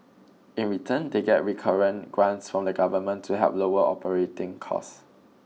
in return they get recurrent grants from the government to help lower operating costs